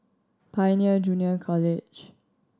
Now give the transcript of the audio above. Pioneer Junior College